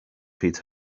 pryd